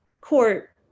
court